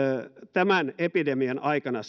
tämän epidemian aikana